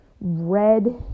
red